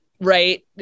right